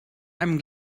einem